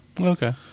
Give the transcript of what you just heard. Okay